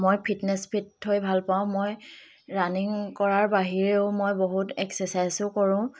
মই fitness fit হৈ ভাল পাওঁ মই ৰাণিং কৰাৰ বাহিৰেও মই বহুত এক্সাৰচাইজো কৰোঁ